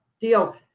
deal